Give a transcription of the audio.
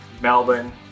Melbourne